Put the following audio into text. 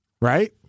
right